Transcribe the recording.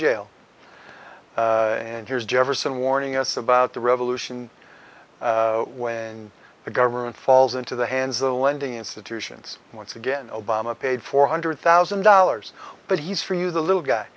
jail and here's jefferson warning us about the revolution when the government falls into the hands of the lending institutions once again obama paid four hundred thousand dollars but he's for you the little guy